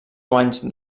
guanys